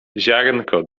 ziarnko